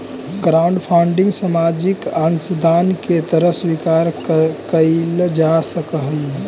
crowdfunding सामाजिक अंशदान के तरह स्वीकार कईल जा सकऽहई